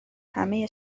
همه